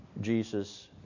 Jesus